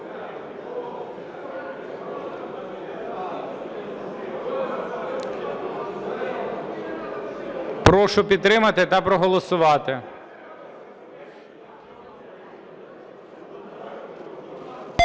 Прошу підтримати та проголосувати.